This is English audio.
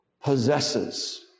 possesses